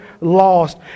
lost